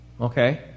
Okay